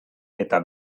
eta